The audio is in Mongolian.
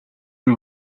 буй